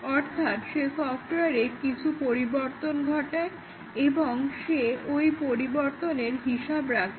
অর্থাৎ সে সফরবারের কিছু পরিবর্তন ঘটায় এবং সে এই পরিবর্তনের হিসাব রাখে